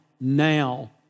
now